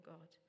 God